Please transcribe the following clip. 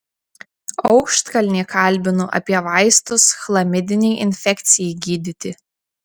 aukštkalnį kalbinu apie vaistus chlamidinei infekcijai gydyti